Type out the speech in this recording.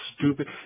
Stupid